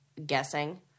Guessing